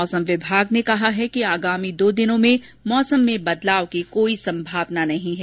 मौसम विभाग ने कहा है कि आगामी दो दिनों में मौसम में बदलाव की कोई संभावना नहीं है